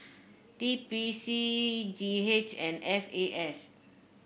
T P C G H and F A S